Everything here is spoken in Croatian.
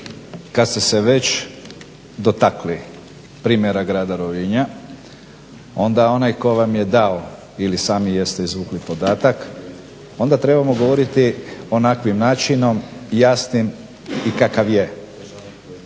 kad ste se već dotakli primjera grada Rovinja ali onda onaj tko vam je dao ili sami jeste izvukli podatak onda trebamo govoriti onakvim načinom, jasnim i kakav je.